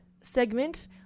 segment